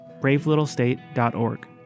bravelittlestate.org